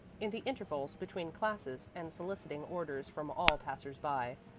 in the intervals between classes, and soliciting orders from all passers-by,